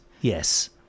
yes